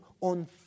on